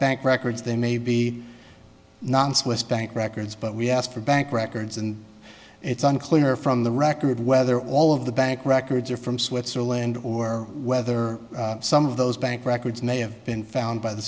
bank records they may be nonce west bank records but we asked for bank records and it's unclear from the record whether all of the bank records are from switzerland or whether some of those bank records may have been found by th